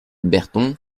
berton